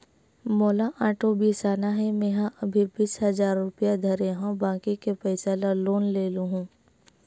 मोला आटो बिसाना हे, मेंहा अभी बीस हजार रूपिया धरे हव बाकी के पइसा ल लोन ले लेहूँ